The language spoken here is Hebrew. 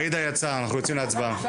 עאידה, בואי לשנייה.